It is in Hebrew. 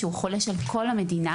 שהוא חולש על כל המדינה,